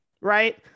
right